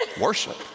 worship